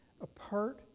apart